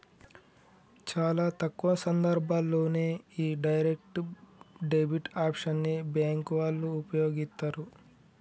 చాలా తక్కువ సందర్భాల్లోనే యీ డైరెక్ట్ డెబిట్ ఆప్షన్ ని బ్యేంకు వాళ్ళు వుపయోగిత్తరు